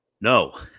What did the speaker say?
No